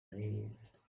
days